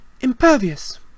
Impervious